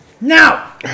Now